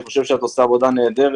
אני חושב שאת עושה עבודה נהדרת.